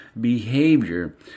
behavior